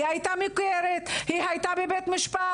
היא הייתה מוכרת היא הייתה בבית משפט.